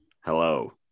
hello